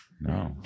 No